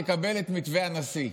תקבל את מתווה הנשיא.